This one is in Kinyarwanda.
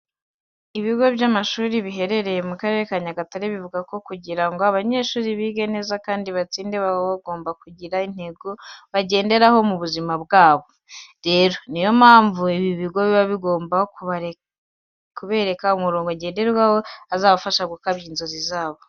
Ibigo by'amashuri biherereye mu Karere ka Nyagatare bivuga ko kugira ngo abanyeshuri bige neza kandi batsinde baba bagomba kugira intego bagenderaho mu buzima bwabo. Rero, ni yo mpamvu ibi bigo biba bigomba kubereka umurongo ngenderwaho uzabafasha gukabya inzozi zabo.